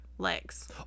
legs